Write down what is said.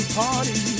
party